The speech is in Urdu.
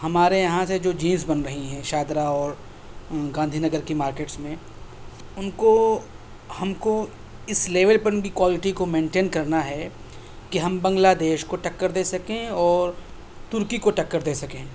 ہمارے یہاں سے جو جینس بن رہی ہیں شاہدرا اور گاندھی نگر کی مارکیٹس میں ان کو ہم کو اس لیول پر ان کی کوالیٹی کو مینٹین کرنا ہے کہ ہم بنگلہ دیش کو ٹکّر دے سکیں اور ترکی کو ٹکّر دے سکیں